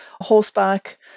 horseback